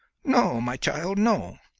no, my child, no!